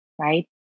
right